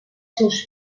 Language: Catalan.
seus